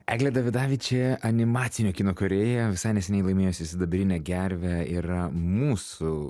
eglė davidavičė animacinio kino kūrėja visai neseniai laimėjusi sidabrinę gervę yra mūsų